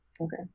okay